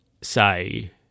say